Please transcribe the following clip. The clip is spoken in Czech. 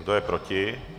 Kdo je proti?